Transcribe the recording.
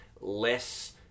less